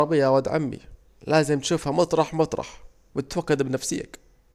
امال يا واد عمي، لازم تشوفها مطرح مطرح ووتوكد بنفسيك